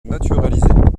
naturalisé